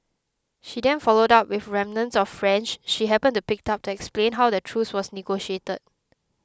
she then followed up with remnants of French she happened to pick up to explain how the truce was negotiated